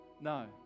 No